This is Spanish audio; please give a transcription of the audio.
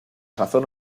sazón